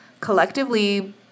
collectively